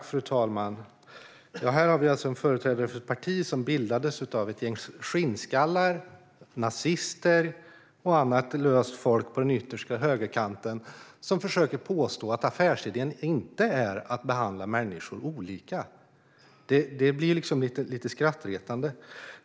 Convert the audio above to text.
Fru talman! Här har vi alltså en företrädare för ett parti som bildades av ett gäng skinnskallar, nazister och annat löst folk på den yttersta högerkanten som försöker påstå att affärsidén inte är att behandla människor olika. Det blir lite skrattretande.